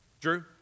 Drew